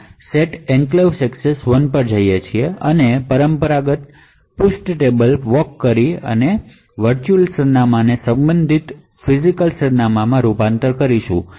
set enclaves ની access 1 છે આપણે અહીં જઇએ છીએ પરંપરાગત પેજ ટેબલ વોકથી વર્ચુઅલ સરનામાંને સંબંધિત ફિજિકલસરનામાંમાં રૂપાંતરિત કરીશું